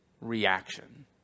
reaction